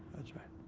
that's right.